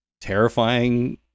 terrifying